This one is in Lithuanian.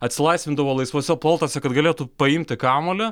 atsilaisvindavo laisvuose poltuose kad galėtų paimti kamuolį